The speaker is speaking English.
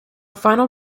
final